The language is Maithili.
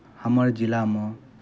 हमर जिलामे